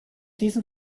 diesem